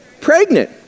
Pregnant